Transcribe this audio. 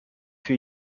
für